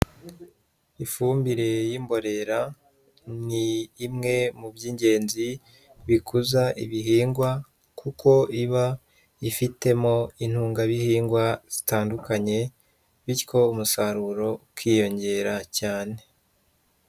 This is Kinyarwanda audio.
Ifumbire y'imbora ni imwe mu by'ingenzi bikuza ibihingwa kuko iba ifitemo intungabihingwa zitandukanye, bityo umusaruro ukiyongera cyane.